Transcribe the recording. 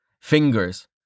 fingers